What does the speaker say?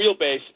wheelbase